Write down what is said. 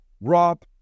Rob